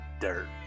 dirt